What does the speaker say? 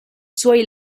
suoi